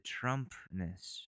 Trumpness